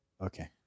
Okay